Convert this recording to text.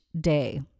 day